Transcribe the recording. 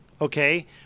Okay